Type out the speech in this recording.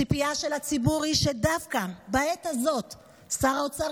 הציפייה של הציבור היא שדווקא בעת הזאת שר האוצר